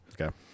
Okay